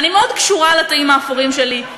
אני מאוד קשורה לתאים האפורים שלי.